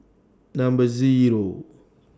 Number Zero